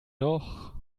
noch